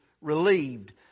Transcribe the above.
relieved